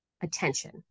attention